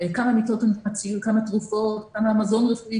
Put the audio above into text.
כמה מיטות, כמה תרופות, כמה מזון רפואי.